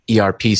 ERP